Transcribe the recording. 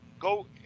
Go